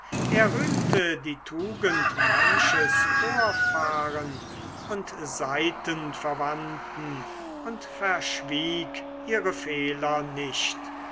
er rühmte die tugend manches vorfahren und seitenverwandten und verschwieg ihre fehler nicht